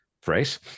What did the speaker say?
Phrase